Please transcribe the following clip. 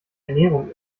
ernährung